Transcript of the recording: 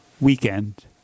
weekend